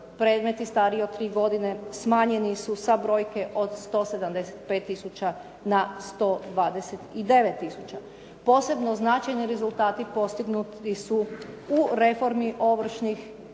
predmeti stariji od tri godine smanjeni su sa brojke od 175000 na 129000. Posebno značajni rezultati postignuti su u reformi ovršnog